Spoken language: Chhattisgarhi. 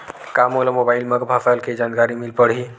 का मोला मोबाइल म फसल के जानकारी मिल पढ़ही?